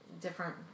different